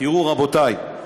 תראו, רבותי,